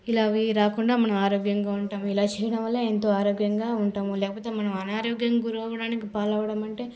ఇలా రాకుండా మనం ఆరోగ్యంగా ఉంటాము ఇలా చేయడం వల్ల ఎంతో ఆరోగ్యంగా ఉంటాము లేకపోతే మనం అనారోగ్యం గురవడానికి పాలవడం అంటే